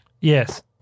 Yes